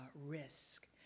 risk